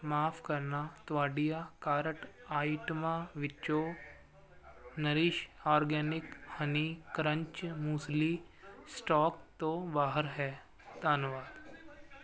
ਮਾਫ਼ ਕਰਨਾ ਤੁਹਾਡੀਆਂ ਕਾਰਟ ਆਈਟਮਾਂ ਵਿੱਚੋਂ nourish organic honey crunch muesli stock ਤੋਂ ਬਾਹਰ ਹੈ ਧੰਨਵਾਦ